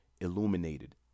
illuminated